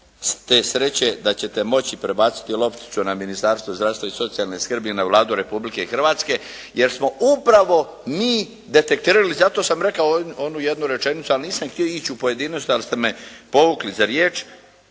te sreće da ćete moći prebaciti lopticu na Ministarstvo zdravstva i socijalne skrbi i na Vladu Republike Hrvatske, jer smo upravo mi detektirali i zato sam rekao onu jednu rečenicu, ali nisam htio ići u pojedinosti, ali ste me povukli za riječ,